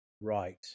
Right